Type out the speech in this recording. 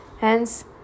hence